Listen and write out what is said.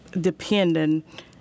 dependent